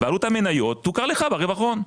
בעלות המניות תוכר לך ברווח הון.